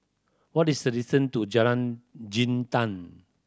what is the distance to Jalan Jintan